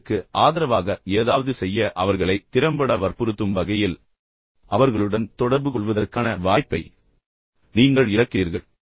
எனவே உங்களுக்கு ஆதரவாக ஏதாவது செய்ய அவர்களை திறம்பட வற்புறுத்தும் வகையில் அவர்களுடன் தொடர்புகொள்வதற்கான வாய்ப்பை நீங்கள் மீண்டும் இழக்கிறீர்கள்